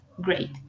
great